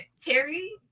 Terry